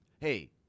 hey